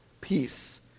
peace